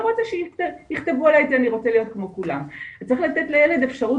רוצה שיכתבו עלי כי אני רוצה להיות כמו כולם'' וצריך לתת לילד אפשרות,